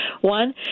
One